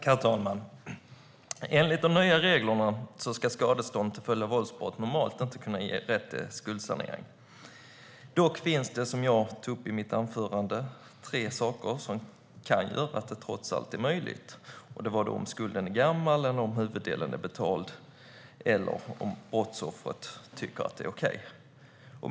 Herr talman! Enligt de nya reglerna ska skadestånd till följd av våldsbrott normalt inte kunna ge rätt till skuldsanering. Dock finns det, som jag tog upp i mitt anförande, tre saker som kan göra att det trots allt är möjligt. Det är om skulden är gammal, om huvuddelen är betald eller om brottsoffret tycker att det är okej.